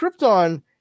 Krypton